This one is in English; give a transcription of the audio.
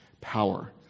Power